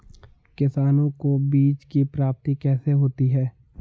किसानों को बीज की प्राप्ति कैसे होती है?